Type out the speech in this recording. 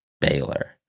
Baylor